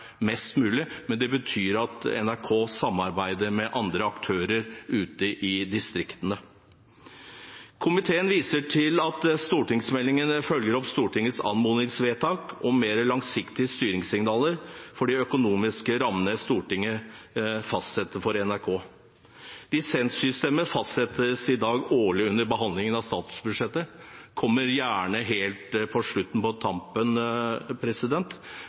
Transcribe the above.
mest mulig, men det betyr at NRK må samarbeide med andre aktører ute i distriktene. Komiteen viser til at stortingsmeldingen følger opp Stortingets anmodningsvedtak om mer langsiktige styringssignaler for de økonomiske rammene Stortinget fastsetter for NRK. Lisenssystemet fastsettes i dag årlig under behandlingen av statsbudsjettet. Det kommer gjerne på